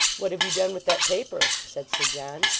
what have you done with that paper said sir john.